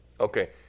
Okay